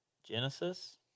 Genesis